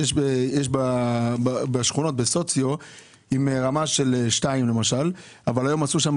יש שכונות שהן ברמה 2 אבל היום עשו שם